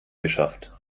geschafft